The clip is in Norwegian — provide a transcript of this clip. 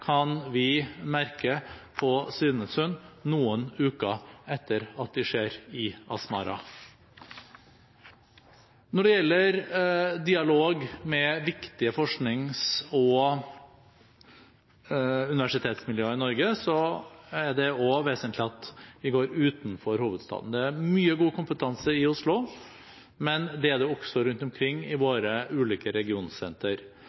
kan vi merke på Svinesund noen uker etter at de skjer i Asmara. Når det gjelder dialog med viktige forsknings- og universitetsmiljøer i Norge, er det også vesentlig at vi går utenfor hovedstaden. Det er mye god kompetanse i Oslo, men det er det også rundt omkring i